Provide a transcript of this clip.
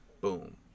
boom